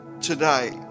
today